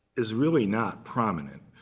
is really not prominent.